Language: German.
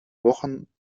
wochen